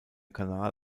kanal